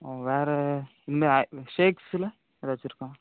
வேறு இந்த இந்த ஷேக்ஸில் எதாச்சும் இருக்கா